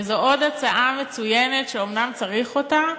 וזו עוד הצעה מצוינת, שאומנם צריך אותה,